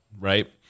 right